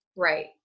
Right